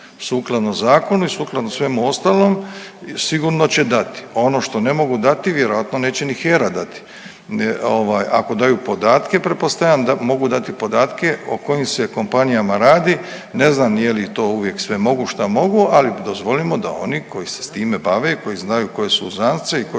sukladno zakonu i sukladno svemu ostalom sigurno će dati, ono što ne mogu dati vjerojatno neće ni HERA dati. Ako daju podatke pretpostavljam da mogu dati podatke o kojim se kompanijama radi, ne znam je li to uvijek sve mogu šta mogu, ali dozvolimo da oni koji se s time bave koji znaju koje su uzance i koji